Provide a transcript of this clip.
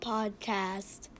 Podcast